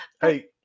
Hey